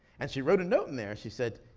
and she wrote a note in there, she said,